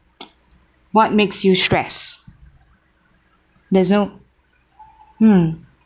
what makes you stressed there's no hmm